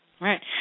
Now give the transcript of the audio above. Right